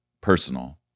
personal